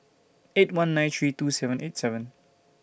eight one nine three two seven eight seven